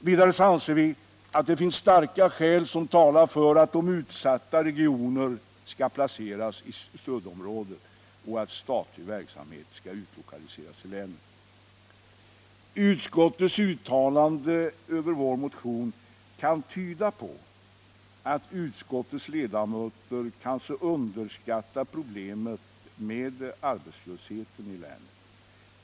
Vidare anser vi att det finns starka skäl som talar för att utsatta regioner skall placeras i stödområdet och att statlig verksamhet skall utlokaliseras till Utskottets uttalande över vår motion kan tyda på att utskottets ledamöter kanske underskattar problemet med arbetslösheten i länet.